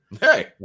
Hey